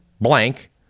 blank